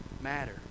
matter